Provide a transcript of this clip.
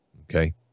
okay